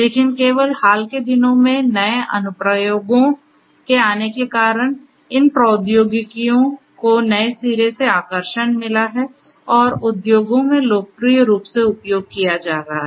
लेकिन केवल हाल के दिनों में नए अनुप्रयोगों के आने के कारण इन प्रौद्योगिकियों को नए सिरे से आकर्षण मिला है और उद्योगों में लोकप्रिय रूप से उपयोग किया जा रहा है